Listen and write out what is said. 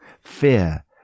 fear